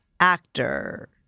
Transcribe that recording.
Actor